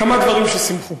כמה דברים ששימחו.